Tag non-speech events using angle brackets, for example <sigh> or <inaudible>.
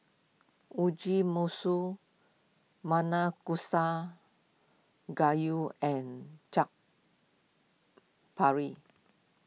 Mugi Meshi Nanakusa Gayu and Chaat <unintelligible>